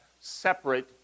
separate